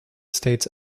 states